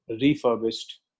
refurbished